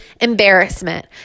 embarrassment